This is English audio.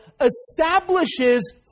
establishes